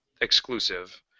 exclusive